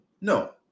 No